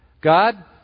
God